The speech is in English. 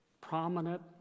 prominent